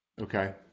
okay